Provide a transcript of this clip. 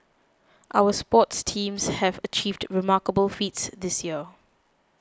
our sports teams have achieved remarkable feats this year